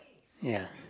ya